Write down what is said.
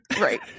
Right